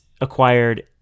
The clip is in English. acquired